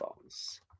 phones